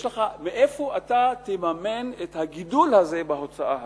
מאיפה אתה תממן את הגידול הזה בהוצאה הציבורית?